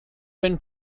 been